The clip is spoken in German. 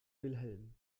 wilhelm